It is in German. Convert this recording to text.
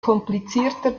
komplizierter